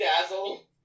Dazzle